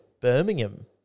Birmingham